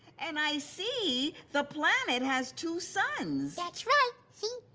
and i see the planet has two suns. that's right. see,